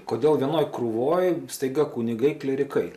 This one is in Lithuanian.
kodėl vienoj krūvoj staiga kunigai klierikai